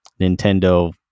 Nintendo